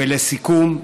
ולסיכום,